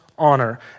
honor